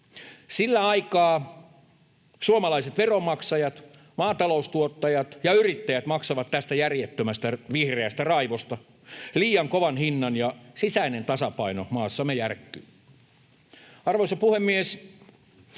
Sillä aikaa suomalaiset veronmaksajat, maataloustuottajat ja -yrittäjät maksavat tästä järjettömästä vihreästä raivosta liian kovan hinnan ja sisäinen tasapaino maassamme järkkyy. Arvoisa puhemies!